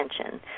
attention